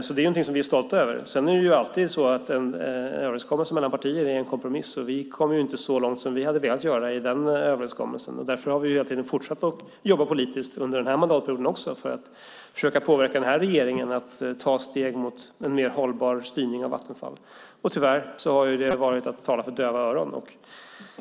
Det är någonting som vi är stolta över. Sedan är ju en överenskommelse mellan partier alltid en kompromiss, och vi kom inte så långt som vi hade velat göra i överenskommelsen. Därför har vi hela tiden fortsatt jobba politiskt också under den här mandatperioden för att försöka påverka regeringen att ta steg mot en mer hållbar styrning av Vattenfall. Tyvärr har vi talat för döva öron.